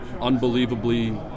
unbelievably